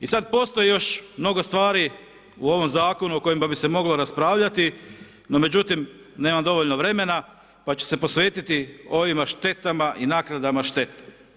I sad postoji još mnogo stvari u ovom Zakonu o kojima bi se moglo raspravljati, no međutim nemam dovoljno vremena pa ću se posvetiti ovima štetama i naknadama štete.